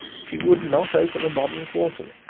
she would not open a modern quarterly,